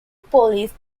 police